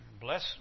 bless